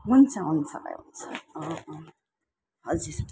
हुन्छ हुन्छ भाइ हुन्छ अँ अँ हजुर